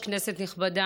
כנסת נכבדה,